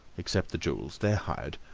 except the jewels. they're hired.